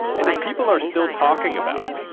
and if people are still talking about it,